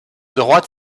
droite